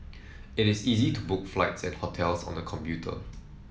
it is easy to book flights and hotels on the computer